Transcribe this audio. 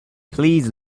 please